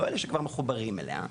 לא אלו שכבר מחוברים אליה,